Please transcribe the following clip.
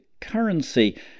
Currency